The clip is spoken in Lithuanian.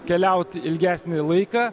keliaut ilgesnį laiką